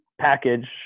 package